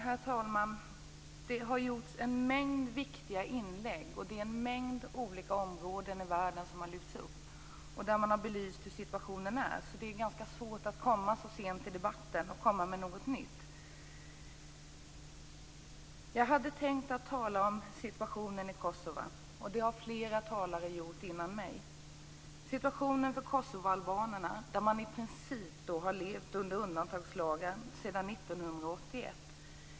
Herr talman! Det har gjorts en mängd viktiga inlägg, och det är en mängd olika områden i världen där situationen har belysts. Det är därför ganska svårt att så sent i debatten komma med någonting nytt. Jag hade tänkt att tala om situationen i Kosova, vilket flera talare har gjort före mig. Kosovoalbanerna har i princip levt under undantagslagar sedan 1981.